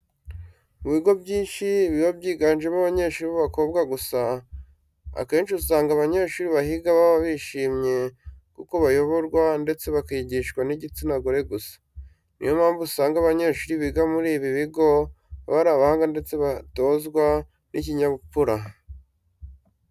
Mu bigo byinshi biba byigamo abanyeshuri b'ababobwa gusa, akenshi usanga abanyeshuri bahiga baba bishimiye ko bayoborwa ndetse bakigishwa n'igitsina gore gusa. Niyo mpamvu usanga abanyeshuri biga muri ibi bigo baba ari abahanga ndetse batozwa n'ikinyabupfura.